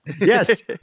Yes